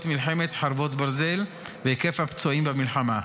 מלחמת חרבות ברזל והיקף הפצועים במלחמה.